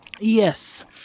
yes